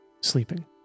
sleeping